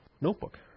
notebook